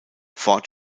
ford